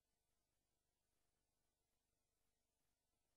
בימות מלחמה,